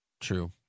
True